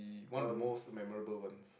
one of the most memorable one